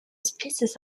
species